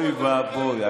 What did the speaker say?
יש חלוקה ברורה, אוי ואבוי.